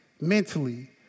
mentally